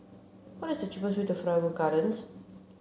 what is the cheapest way to Figaro Gardens